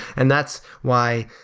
and that's why